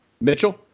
Mitchell